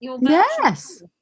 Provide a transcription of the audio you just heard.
Yes